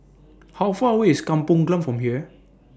How Far away IS Kampong Glam from here